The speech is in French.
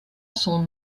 son